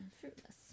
Fruitless